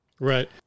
Right